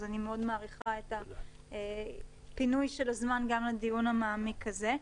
אז אני מאוד מעריכה את פינוי הזמן גם לדיון המעמיק הזה.